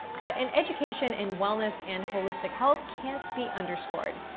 but an education in wellness and holistic health can't be underscored.